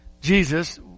Jesus